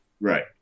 right